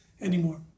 anymore